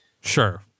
sure